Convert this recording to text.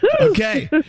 Okay